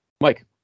Mike